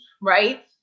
right